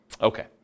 Okay